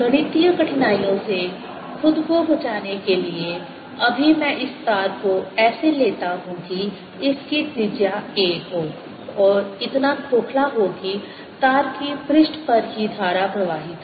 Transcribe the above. गणितीय कठिनाइयों से खुद को बचाने के लिए अभी मैं इस तार को ऐसे लेता हूं कि इसकी त्रिज्या a हो और इतना खोखला हो कि तार की पृष्ठ पर ही धारा प्रवाहित हो